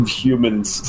humans